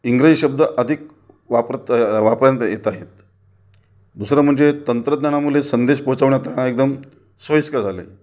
इंग्रजी शब्द अधिक वापरता वापरात येत आहेत दुसरं म्हणजे तंत्रज्ञानामुळे संदेश पोचवणं आता एकदम सोईस्कर झालं आहे